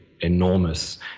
enormous